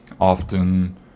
often